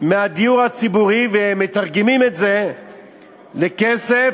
מהדיור הציבורי, ומתרגמים את זה לכסף